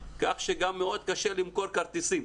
כך שגם מאוד קשה למכור כרטיסים.